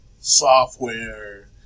software